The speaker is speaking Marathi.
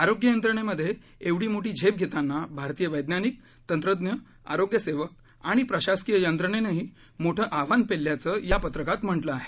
आरोग्य यंत्रणेमधे एवढी मोठी झेप घेताना भारतीय वैज्ञानिक तंत्रज्ञ आरोग्य सेवक आणि प्रशासकीय यंत्रणेनंही मोठं आव्हान पेलल्याचं या पत्रकात म्हटलं आहे